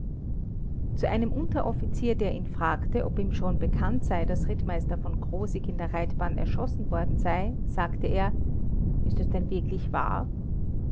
zu einem unteroffizier der ihn fragte ob ihm schon bekannt sei daß rittmeister v krosigk in der reitbahn erschossen worden sei sagte er ist es denn wirklich wahr